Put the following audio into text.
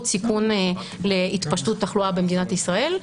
סיכון להתפשטות תחלואה במדינת ישראל.